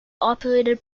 operated